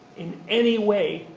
in any way,